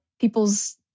people's